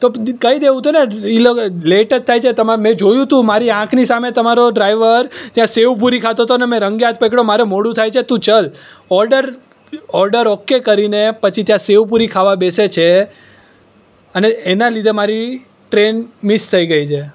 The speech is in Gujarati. તો કહી દેવુ હતુંને લેટ જ થાય છે તમારે જોયું હતું મારી આંખની સામે તમારો ડ્રાઇવર ખાતો હતોને મેં રંગે હાથ પકડ્યો છે મારે મોડું થાય છે ચલ ઓર્ડર ઓકે કરીને પછી ત્યાં સેવપુરી ખાવા બેસે છે અને એના લીધે મારી ટ્રેન મિસ થઈ ગઈ છે